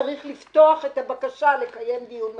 צריך לפתוח את הבקשה לקיים דיון מחדש.